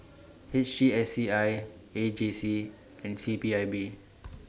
H T S C I A J C and C P I B